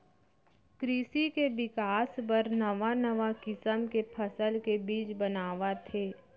कृसि के बिकास बर नवा नवा किसम के फसल के बीज बनावत हें